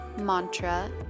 Mantra